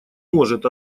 может